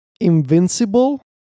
Invincible